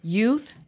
youth